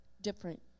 different